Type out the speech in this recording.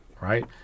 right